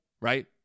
right